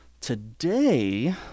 Today